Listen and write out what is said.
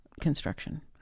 construction